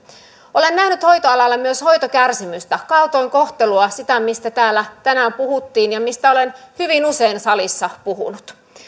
olen nähnyt hoitoalalla myös hoitokärsimystä kaltoinkohtelua sitä mistä täällä tänään puhuttiin ja mistä olen hyvin usein salissa puhunut